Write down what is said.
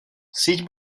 síť